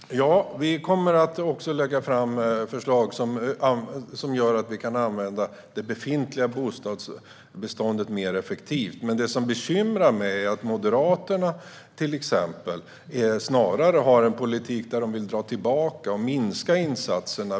Herr talman! Ja, vi kommer att lägga fram förslag som gör att vi kan använda det befintliga bostadsbeståndet mer effektivt. Det som bekymrar mig är att till exempel Moderaterna snarare har en politik där de vill dra tillbaka och minska insatserna.